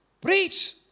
Preach